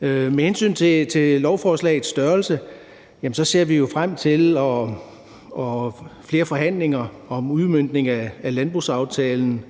Med hensyn til lovforslagets størrelse ser vi jo frem til flere forhandlinger om udmøntning af landbrugsaftalen,